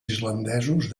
islandesos